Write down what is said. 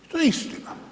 To je istina.